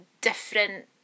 different